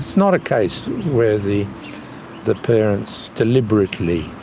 not a case where the the parents deliberately